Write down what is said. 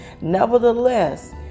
Nevertheless